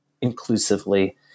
inclusively